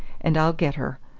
and i'll get her.